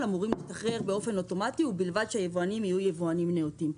אמורים להשתחרר באופן אוטומטי ובלבד שהיבואנים יהיו יבואנים נאותים.